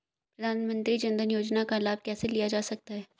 प्रधानमंत्री जनधन योजना का लाभ कैसे लिया जा सकता है?